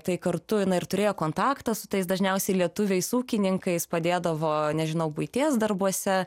tai kartu ir turėjo kontaktą su tais dažniausiai lietuviais ūkininkais padėdavo nežinau buities darbuose